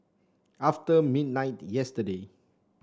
after midnight yesterday